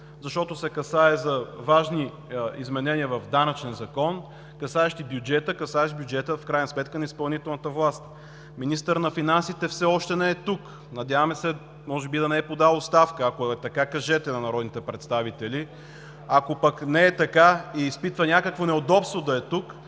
защото се касае за важни изменения в данъчен закон, касаещи бюджета, касаещ бюджета в крайна сметка на изпълнителната власт. Министърът на финансите все още не е тук. Надяваме се, може би да не е подал оставка – ако е така, кажете на народните представители. Ако пък не е така и изпитва някакво неудобство да е тук,